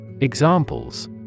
Examples